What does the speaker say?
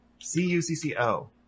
C-U-C-C-O